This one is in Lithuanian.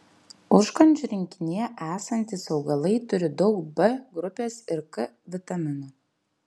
užkandžių rinkinyje esantys augalai turi daug b grupės ir k vitaminų